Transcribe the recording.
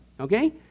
okay